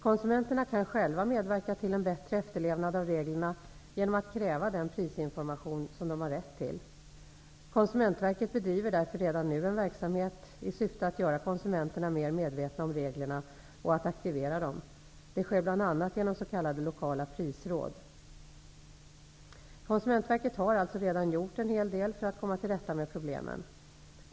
Konsumenterna kan själva medverka till en bättre efterlevnad av reglerna genom att kräva den prisinformation som de har rätt till. Konsumentverket bedriver därför redan nu en verksamhet i syfte att göra konsumenterna mer medvetna om reglerna och att aktivera dem. Det sker bl.a. genom s.k. lokala prisråd. Konsumentverket har alltså redan gjort en hel del för att komma till rätta med problemen.